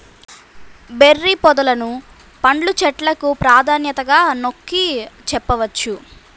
berry పొదలను పండ్ల చెట్లకు ప్రాధాన్యతగా నొక్కి చెప్పవచ్చు